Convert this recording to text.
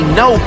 no